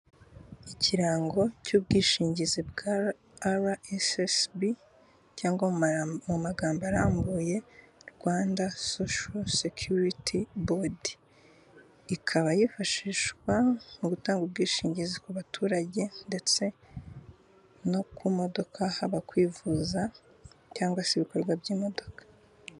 Ikirango cy'ubwishingizi bwa RSSB cyangwa mu magambo arambuye Rwanda Social Security Board. Ikaba yifashishwa mu gutanga ubwishingizi ku baturage ndetse no ku modoka haba kwivuza cyangwa se ibikorwa by'imodoka.